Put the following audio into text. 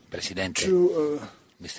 Presidente